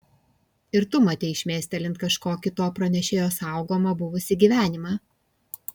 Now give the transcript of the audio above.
ir tu matei šmėstelint kažkokį to pranešėjo saugomą buvusį gyvenimą